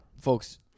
folks